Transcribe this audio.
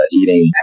eating